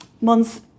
months